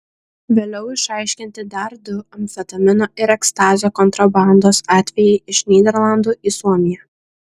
vėliau išaiškinti dar du amfetamino ir ekstazio kontrabandos atvejai iš nyderlandų į suomiją